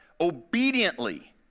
obediently